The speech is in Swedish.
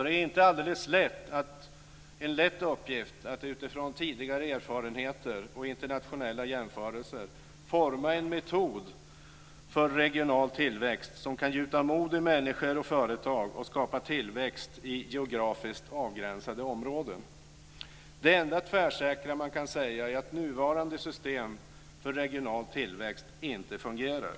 Det är inte en alldeles lätt uppgift att utifrån tidigare erfarenheter och internationella jämförelser forma en metod för regional tillväxt som kan gjuta mod i människor och företag och skapa tillväxt i geografiskt avgränsade områden. Det enda tvärsäkra man kan säga är att nuvarande system för regional tillväxt inte fungerar.